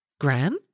Gran